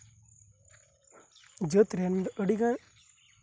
ᱡᱟᱹᱛ ᱨᱮᱱ ᱟᱹᱰᱤ ᱜᱟᱱ